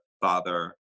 father